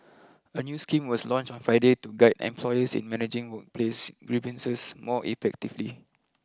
a new scheme was launched on Friday to guide employers in managing workplace grievances more effectively